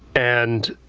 and